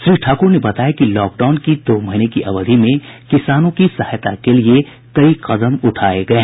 श्री ठाकुर ने बताया कि लॉकडाउन की दो महीने की अवधि में किसानों की सहायता के लिए कई कदम उठाये गये हैं